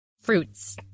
fruits